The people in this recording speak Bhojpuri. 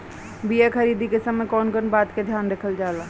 बीया खरीदे के समय कौन कौन बात के ध्यान रखल जाला?